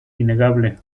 innegable